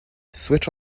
switch